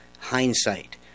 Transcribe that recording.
hindsight